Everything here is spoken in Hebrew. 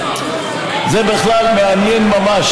זה בכלל מעניין ממש,